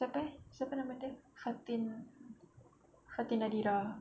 siapa eh siapa nama dia fatin fatin nadirah